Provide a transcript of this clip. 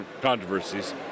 controversies